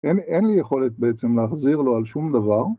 ‫אין לי יכולת בעצם ‫להחזיר לו על שום דבר.